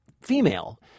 female